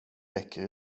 räcker